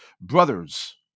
Brothers